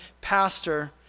pastor